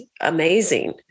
amazing